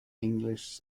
english